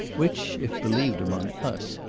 which, if believed among us,